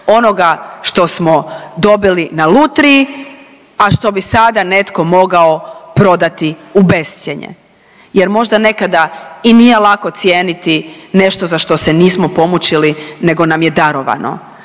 Onoga što smo dobili na lutriji, a što bi sada netko mogao prodati u bescjenje jer možda nekada i nije lako cijeniti nešto za što se nismo pomučili nego nam je darovano,